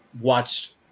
watched